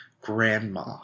grandma